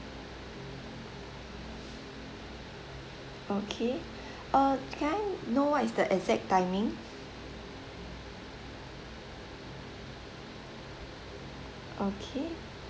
okay uh can I know what is the exact timing okay